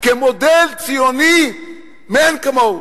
כמודל ציוני מאין כמוהו.